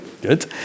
good